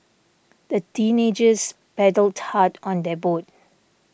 the teenagers paddled hard on their boat